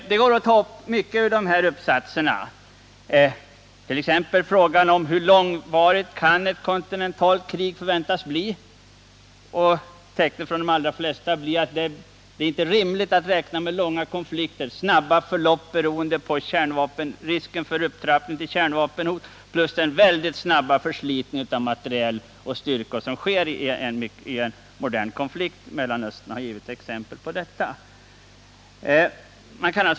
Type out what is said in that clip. Man kan ta upp mycket i dessa uppsatser, t.ex. frågan om hur långvarigt ett kontinentalt krig kan förväntas bli. Tecknen från de allra flesta blir att det inte är rimligt att räkna med långa konflikter. I stället snabba förlopp, beroende på risken för upptrappning till kärnvapenkrig plus den mycket snabba förslitningen av materiel och styrkor som sker i en modern konflikt — Mellanöstern har ju givit exempel på detta.